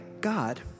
God